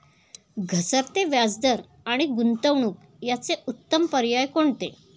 घसरते व्याजदर आणि गुंतवणूक याचे उत्तम पर्याय कोणते?